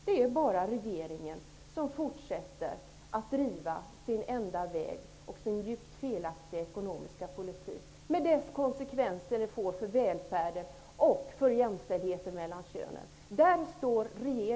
Det är bara regeringen som fortsätter att driva sin enda väg och sin djupt felaktiga ekonomiska politik, med de konsekvenser som det får för välfärden och för jämställdheten mellan könen.